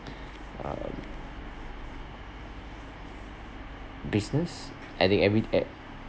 um business I think everyday